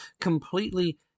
completely